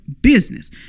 business